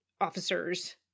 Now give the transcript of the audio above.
officers